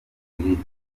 n’umubiri